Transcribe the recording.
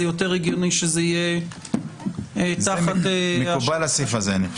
זה יותר הגיוני שזה יהיה הגיוני שזה יהיה תחת --- מקובל הסעיף הזה.